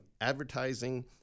Advertising